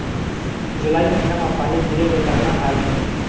जुलाई महीना म पानी गिरे के कतना हाल हे?